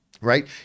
right